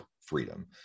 freedom